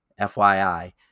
FYI